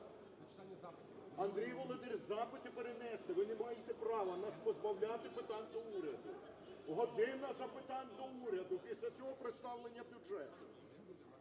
Андрій Володимирович, запити перенести, ви не маєте права нас позбавляти питань до уряду. "Година запитань до Уряду", після чого представлення бюджету.